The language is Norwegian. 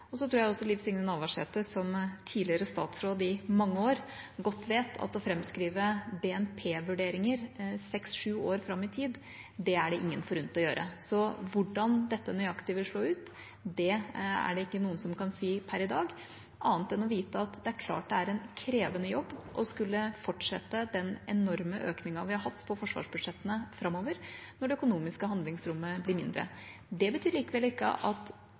Så tror jeg også Liv Signe Navarsete, som tidligere statsråd i mange år, godt vet at å framskrive BNP-vurderinger seks–sju år fram i tid, er det ingen forunt å gjøre. Så hvordan dette nøyaktig vil slå ut, er det ingen som kan si per i dag, annet enn å vite at det er klart det er en krevende jobb å skulle fortsette den enorme økningen vi har hatt på forsvarsbudsjettene, når det økonomiske handlingsrommet framover blir mindre. Det betyr likevel ikke at